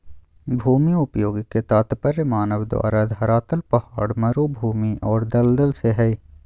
भूमि उपयोग के तात्पर्य मानव द्वारा धरातल पहाड़, मरू भूमि और दलदल से हइ